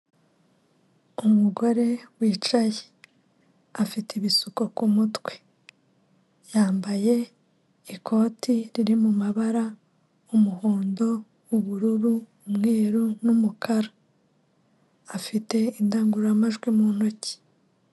Umugore wicaye afite ibisuko ku mutwe, yambaye ikoti riri mabara umuhondo, ubururu, umweru n'umukara afite indangururamajwi mu ntoki.